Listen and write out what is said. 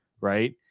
right